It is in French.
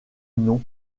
nom